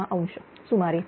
06° सुमारे